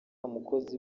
mukozi